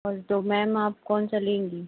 और तो मैम आप कौन सा लेंगी